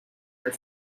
her